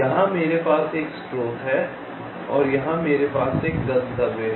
इसलिए मेरे पास यहां एक स्रोत है मेरे पास यहां एक गंतव्य है